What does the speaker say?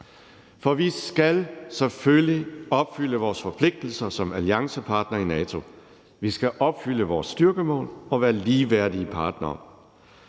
For vi skal selvfølgelig opfylde vores forpligtelser som alliancepartner i NATO. Vi skal opfylde vores styrkemål og være ligeværdige partnere.